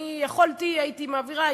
אילו יכולתי הייתי מעבירה,